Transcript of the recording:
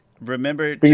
Remember